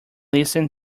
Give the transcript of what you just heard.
listen